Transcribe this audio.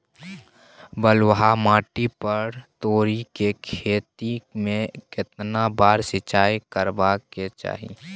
बलुआ माटी पर तोरी के खेती में केतना बार सिंचाई करबा के चाही?